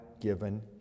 given